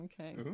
Okay